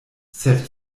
sed